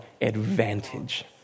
advantage